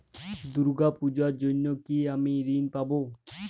দুর্গা পুজোর জন্য কি আমি ঋণ পাবো?